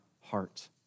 heart